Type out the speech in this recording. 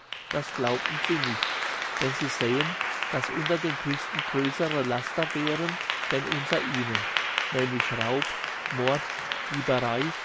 das glaubten sie nicht denn sie sähen daß unter den christen größere laster wären denn unter ihnen nämlich raub mord dieberei